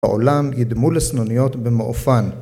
העולם ידמו לסנוניות במעופן.